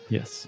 Yes